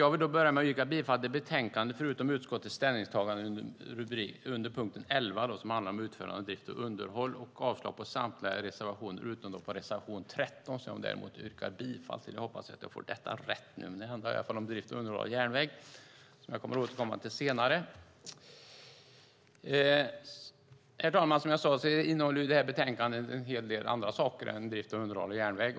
Jag yrkar bifall till utskottets förslag i betänkandet, förutom utskottets ställningstagande under punkt 11 om utförande av drift och underhåll, samt avslag på samtliga reservationer utom reservation 13 som jag yrkar bifall till - jag hoppas att det blir rätt. Drift och underhåll av järnväg återkommer jag senare till. Herr talman! Som jag sagt innehåller betänkandet en hel del andra saker än detta med drift och underhåll av järnväg.